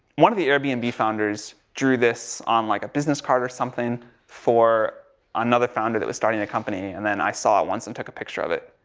one of the airbnb and founders drew this on like a business card or something for another founder that was starting a company. and then i saw it once and took a picture of it.